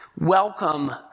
welcome